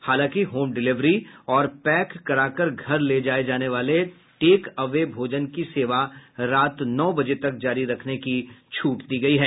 हालांकि home delivery और pack करा कर घर ले जाये जाने वाले टेक अवे भोजन की सेवा रात नौ बजे तक जारी रखने की छूट दी गयी है